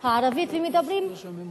הערבית ומדברים אותם דיבורים וגם שומעים